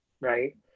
right